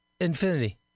infinity